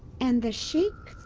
and the sheik?